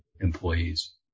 employees